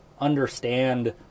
understand